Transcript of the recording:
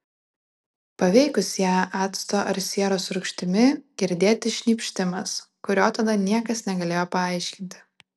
paveikus ją acto ar sieros rūgštimi girdėti šnypštimas kurio tada niekas negalėjo paaiškinti